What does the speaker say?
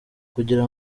kugira